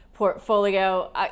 portfolio